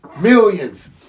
millions